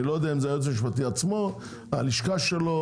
אני לא יודע אם זה היועץ המשפטי עצמו, הלשכה שלו.